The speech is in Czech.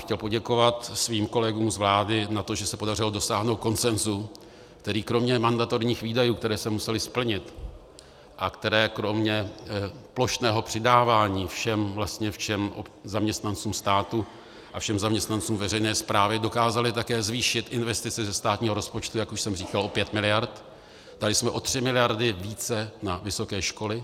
Chtěl bych poděkovat svým kolegům z vlády za to, že se podařilo dosáhnout konsenzu, který kromě mandatorních výdajů, které se musely splnit a které kromě plošného přidávání všem zaměstnancům státu a všem zaměstnancům veřejné správy dokázaly také zvýšit investice ze státního rozpočtu, jak už jsem říkal, o 5 mld. Dali jsme o 3 mld. více na vysoké školy.